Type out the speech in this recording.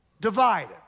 divided